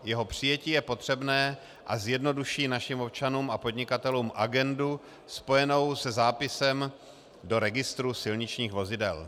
Jeho přijetí je potřebné a zjednoduší našim občanům a podnikatelům agendu spojenou se zápisem do registru silničních vozidel.